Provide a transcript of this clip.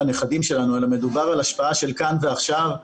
הנכדים שלנו אלא מדובר על השפעה של כאן ועכשיו,